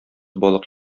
балык